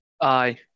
Aye